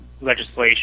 legislation